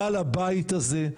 רע לבית הזה,